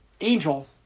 angel